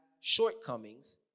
shortcomings